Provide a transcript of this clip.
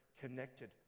connected